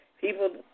people